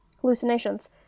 hallucinations